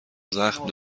زخم